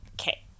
okay